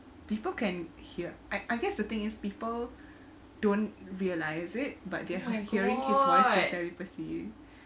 people can hear I I guess the thing is people don't realize it but they're hearing his voice through telepathy